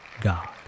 God